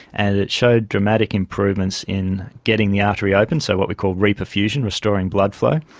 and it showed dramatic improvements in getting the artery open, so what we call reperfusion, restoring blood flow.